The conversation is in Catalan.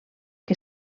que